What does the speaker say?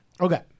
Okay